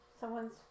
Someone's